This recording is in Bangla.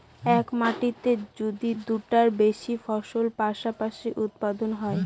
এক মাটিতে যদি দুইটার বেশি ফসল পাশাপাশি উৎপাদন হয়